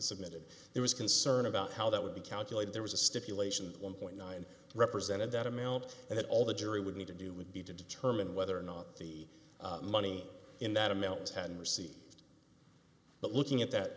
submitted there was concern about how that would be calculated there was a stipulation that one point nine represented that amount that all the jury would need to do would be to determine whether or not the money in that amount ten receipt but looking at that